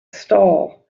stall